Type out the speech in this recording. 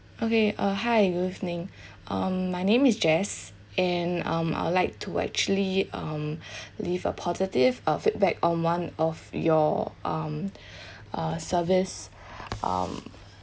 okay uh hi good evening um my name is jess and um I would like to actually um leave a positive uh feedback on one of your um uh service um